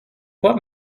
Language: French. pas